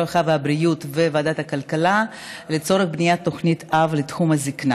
הרווחה והבריאות וועדת הכלכלה לצורך בניית תוכנית אב לתחום הזקנה.